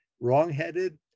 wrongheaded